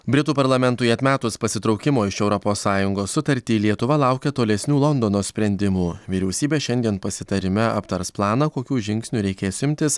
britų parlamentui atmetus pasitraukimo iš europos sąjungos sutartį lietuva laukia tolesnių londono sprendimų vyriausybė šiandien pasitarime aptars planą kokių žingsnių reikės imtis